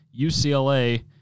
UCLA